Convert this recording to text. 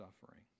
suffering